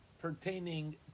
pertaining